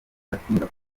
atinda